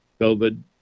COVID